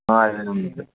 ఆ అదే